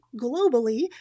globally